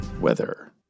weather